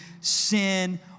sin